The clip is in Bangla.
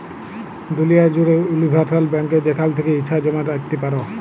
দুলিয়া জ্যুড়ে উলিভারসাল ব্যাংকে যেখাল থ্যাকে ইছা জমা রাইখতে পারো